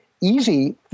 easy